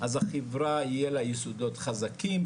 אז החברה יהיו לה יסודות חזקים,